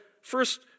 first